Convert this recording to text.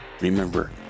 Remember